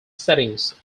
settings